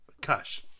Cash